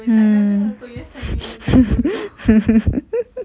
mm